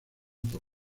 por